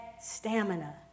stamina